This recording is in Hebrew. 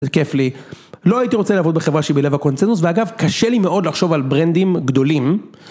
זה כיף לי, לא הייתי רוצה לעבוד בחברה שבלב הקונצנזוס ואגב קשה לי מאוד לחשוב על ברנדים גדולים.